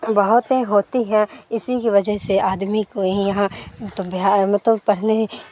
بہت ہوتی ہیں اسی کی وجہ سے آدمی کو یہاں مطلب بہار میں تو پڑھنے